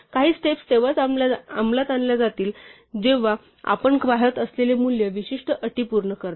काही स्टेप्स तेव्हाच अंमलात आणली जातात जेव्हा आपण पाहत असलेले मूल्य विशिष्ट अटी पूर्ण करते